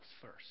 first